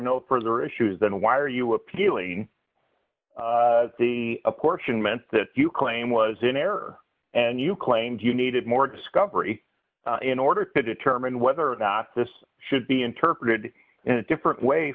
no further issues then why are you appealing the apportionment that you claim was in error and you claimed you needed more discovery in order to determine whether or not this should be interpreted in a different way